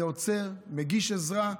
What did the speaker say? אני עוצר, מגיש עזרה,